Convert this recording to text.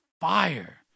fire